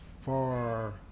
far